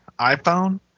iPhone